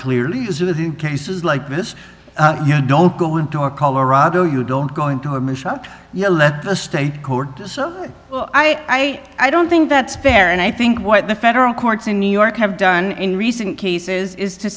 clearly is that in cases like this you don't go into a colorado you don't go into her mission you let the state court i i don't think that's fair and i think what the federal courts in new york have done in recent cases is to